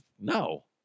no